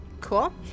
Cool